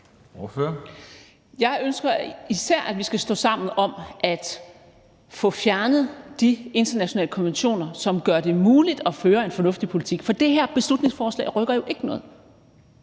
Jeg ønsker især, at vi skal stå sammen om at få fjernet de internationale konventioner, som vil gøre det muligt at føre en fornuftig politik. For det her beslutningsforslag rykker jo ikke noget.